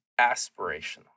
aspirational